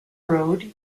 road